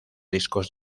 discos